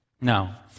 Now